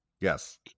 Yes